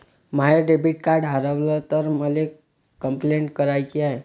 माय debit card हारवल तर मले कंपलेंट कराची हाय